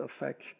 affect